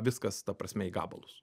viskas ta prasme į gabalus